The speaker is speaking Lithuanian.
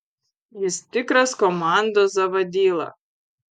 jis tikras komandos zavadyla